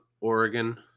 Oregon